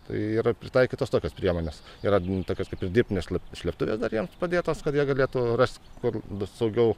tai yra pritaikytos tokios priemonės yra kažkokios dirbtinės slėptuvės dar jiem padėtos kad jie galėtų rast kur saugiau